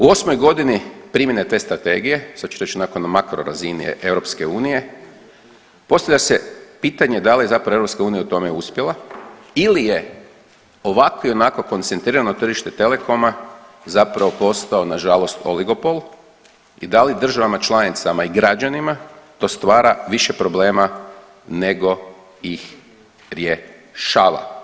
U osmoj godini primjena te strategije, sad ću reći onako na makro razini EU postavlja se pitanje da li je zapravo EU u tome uspjela ili je ovako i onako koncentrirano tržište Telecoma zapravo postao nažalost oligopol i da li državama članicama i građanima to stara više problema nego ih rješava?